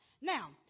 Now